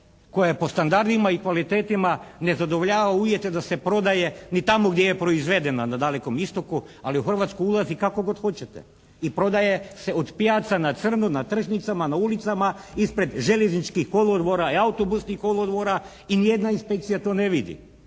koja po standardima i kvalitetima ne zadovoljava uvjete da se prodaje ni tamo gdje je proizvedena na dalekom istoku, ali u Hrvatsku ulazi kako god hoćete i prodaje se od pijaca na crno, na tržnicama, na ulicama, ispred željezničkih kolodvora i autobusnih kolodvora i ni jedna inspekcija to ne vidi.